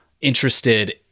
interested